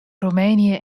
roemenië